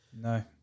no